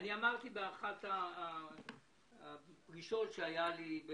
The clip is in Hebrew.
באחת הפגישות שהיו לי,